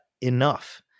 enough